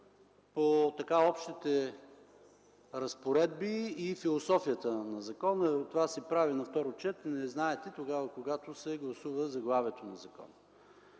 по общите разпоредби и философията на закона – това се прави на второ четене, когато се гласува заглавието на закона.